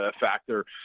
factor